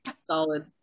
solid